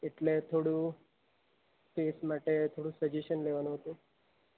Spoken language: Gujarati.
એટલે થોડું ફેસ માટે થોડું સજેશન લેવાનું હતું